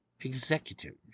executive